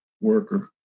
worker